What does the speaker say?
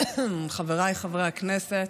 חבריי חברי הכנסת,